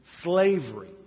slavery